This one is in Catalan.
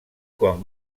quan